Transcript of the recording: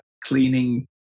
cleaning